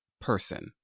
person